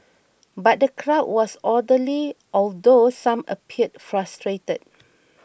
but the crowd was orderly although some appeared frustrated